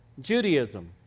Judaism